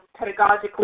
pedagogically